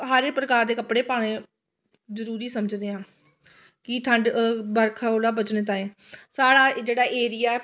हर प्रकार दे कपड़े पाने जरूरी समझदे आं कि ठण्ड बरखा कोला बचने ताईं साढ़ा जेह्ड़ा एरिया ऐ